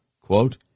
quote